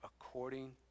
according